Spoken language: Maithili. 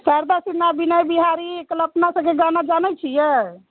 शारदा सिन्हा विनय बिहारी कल्पना सभके गाना जानैत छियै